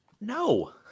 No